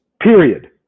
period